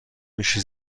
میشه